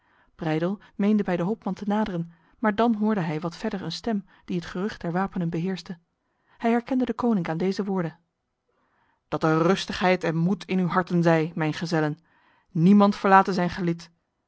meende bij de hopman te naderen maar dan hoorde hij wat verder een stem die het gerucht der wapenen beheerste hij herkende deconinck aan deze woorden dat er rustigheid en moed in uw harten zij mijn gezellen niemand verlate zijn gelid